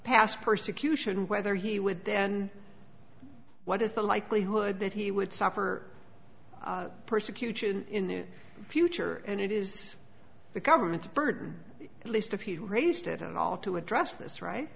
past persecution whether he would then what is the likelihood that he would suffer persecution in the future and it is the government's burden at least if he'd raised it all to address this